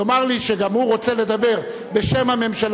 יאמר לי שגם הוא רוצה לדבר בשם הממשלה,